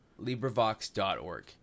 librivox.org